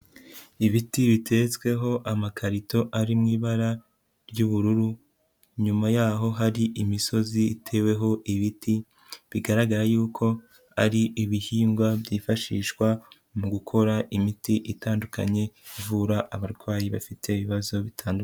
Ibiti biteretsweho amakarito ari mu ibara ry'ubururu, inyuma yaho hari imisozi iteweho ibiti, bigaragara yuko ari ibihingwa byifashishwa mu gukora imiti itandukanye ivura abarwayi bafite ibibazo bitandu...